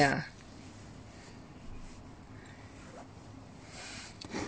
yeah